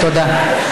תודה.